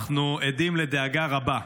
אנחנו עדים לדאגה רבה,